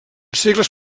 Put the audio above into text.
segles